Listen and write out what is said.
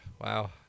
wow